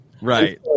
Right